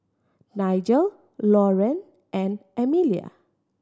Nigel Loren and Amelia